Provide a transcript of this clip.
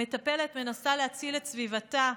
המטפלת מנסה להציל את סביבתה,